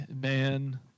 Man